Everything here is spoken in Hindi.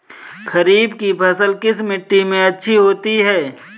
खरीफ की फसल किस मिट्टी में अच्छी होती है?